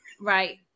Right